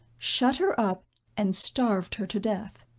shut her up and starved her to death.